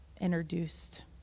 introduced